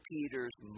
Peter's